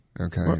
Okay